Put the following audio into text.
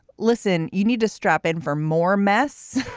listen, you need to strap in for more mess.